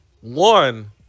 one